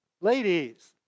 Ladies